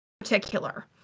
particular